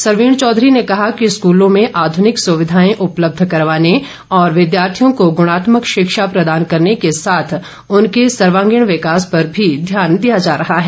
सरवीण चौधरी ने कहा कि स्कूलों में आधुनिक सुविधाए उपलब्ध करवाने और विद्यार्थियों को गुणात्मक शिक्षा प्रदान करने के साथ उनके सर्वागीण विकास पर भी ध्यान दिया जा रहा है